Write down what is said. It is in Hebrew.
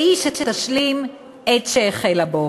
והיא שתשלים את שהחלה בו.